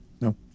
no